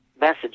message